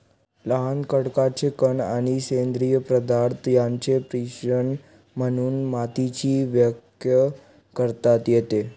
लहान खडकाचे कण आणि सेंद्रिय पदार्थ यांचे मिश्रण म्हणून मातीची व्याख्या करता येते